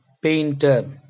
painter